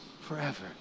forever